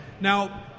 now